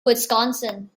wisconsin